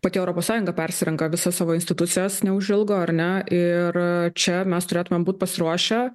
pati europos sąjunga persirenka visas savo institucijas neužilgo ar ne ir čia mes turėtumėm būt pasiruošę